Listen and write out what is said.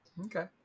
Okay